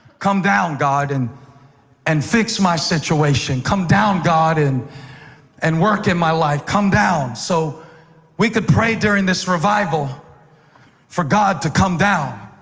come down, god, and and fix my situation. come down, god, and work in my life. come down. so we could pray during this revival for god to come down,